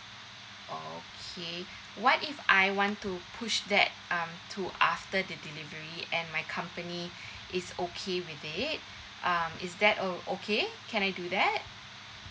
okay what if I want to push that um to after the delivery and my company is okay with it um is that uh okay can I do that